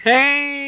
Hey